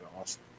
awesome